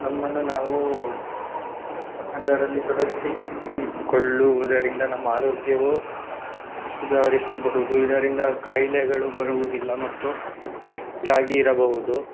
ನಮ್ಮನ್ನು ನಾವು ಅದರಲ್ಲಿ ತೊಡಗಿಸಿ ಕಿ ಕೊಳ್ಳುವುದರಿಂದ ನಮ್ಮ ಆರೋಗ್ಯವು ಸುಧಾರಿಸಬಹುದು ಇದರಿಂದ ಕಾಯಿಲೆಗಳು ಬರುವುದಿಲ್ಲ ಮತ್ತು ಫಿಟ್ಟಾಗಿ ಇರಬಹುದು